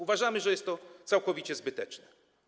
Uważamy, że jest to całkowicie zbyteczne.